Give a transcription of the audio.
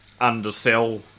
undersell